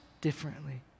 differently